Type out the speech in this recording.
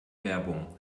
werbung